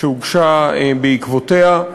שהוגשה בעקבותיה.